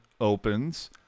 opens